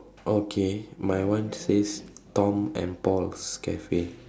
okay my one says Tom and Paul's Cafe